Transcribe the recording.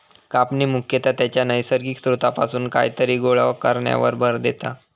कापणी मुख्यतः त्याच्या नैसर्गिक स्त्रोतापासून कायतरी गोळा करण्यावर भर देता